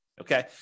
Okay